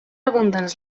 abundants